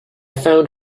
found